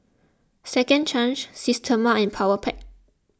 Second Chance Systema and Powerpac